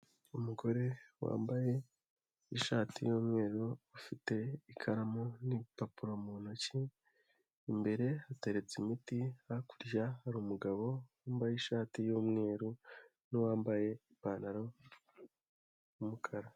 Umugore wambaye ishati y'umweru ufite ikaramu n'gipapuro mu ntoki, imbere hateretse imiti, hakurya hari umugabo wambaye ishati y'umweru, n'uwambaye ipantaro, y'umukara.